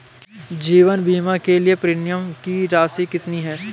जीवन बीमा के लिए प्रीमियम की राशि कितनी है?